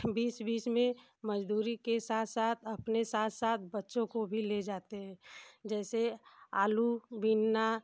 बीच बीच में मजदूरी के साथ साथ अपने साथ साथ बच्चों को भी ले जाते हैं जैसे आलू बीनना